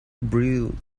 brewed